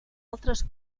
altres